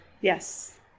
Yes